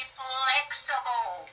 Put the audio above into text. flexible